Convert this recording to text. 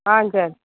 ஆ சரி